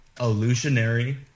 illusionary